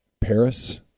Paris